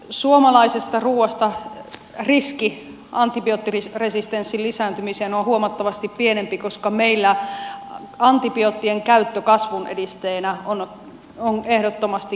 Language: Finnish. suomalaisesta ruuasta riski antibioottiresistenssin lisääntymiseen on huomattavasti pienempi koska meillä antibioottien käyttö kasvun edistäjänä on ehdottomasti kielletty